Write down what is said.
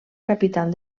capital